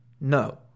No